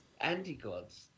anti-gods